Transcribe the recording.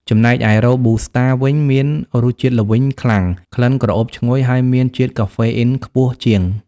ចំណែកឯ រ៉ូប៊ូស្តា វិញ មានរសជាតិល្វីងខ្លាំង ក្លិនក្រអូបឈ្ងុយ ហើយមានជាតិកាហ្វេអ៊ីនខ្ពស់ជាង។